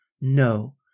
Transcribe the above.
No